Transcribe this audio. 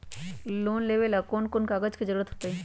Loan लेवेला कौन कौन कागज के जरूरत होतई?